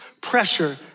pressure